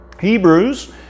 Hebrews